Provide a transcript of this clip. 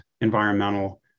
environmental